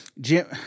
Jim